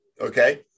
Okay